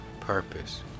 purpose